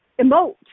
emote